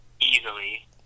Easily